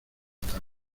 tarde